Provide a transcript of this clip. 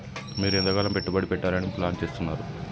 మీరు ఎంతకాలం పెట్టుబడి పెట్టాలని ప్లాన్ చేస్తున్నారు?